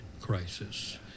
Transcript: crisis